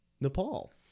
Nepal